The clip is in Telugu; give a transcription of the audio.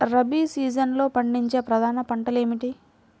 రబీ సీజన్లో పండించే ప్రధాన పంటలు ఏమిటీ?